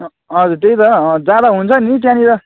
अँ हजुर त्यही त जाँदा हुन्छ नि त्यहाँनिर